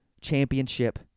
championship